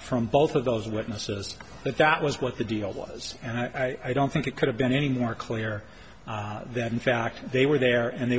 from both of those witnesses that that was what the deal was and i don't think it could have been any more clear that in fact they were there and they